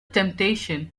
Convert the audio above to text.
temptation